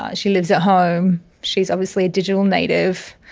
ah she lives at home, she's obviously a digital native,